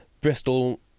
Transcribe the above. Bristol